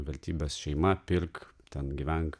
vertybes šeima pirk ten gyvenk